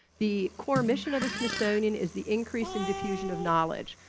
the core mission of the smithsonian is the increase in diffusion of knowledge.